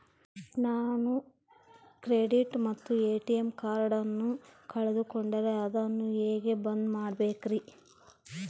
ನಾನು ಕ್ರೆಡಿಟ್ ಮತ್ತ ಎ.ಟಿ.ಎಂ ಕಾರ್ಡಗಳನ್ನು ಕಳಕೊಂಡರೆ ಅದನ್ನು ಹೆಂಗೆ ಬಂದ್ ಮಾಡಿಸಬೇಕ್ರಿ?